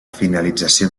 finalització